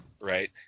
right